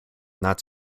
not